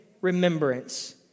remembrance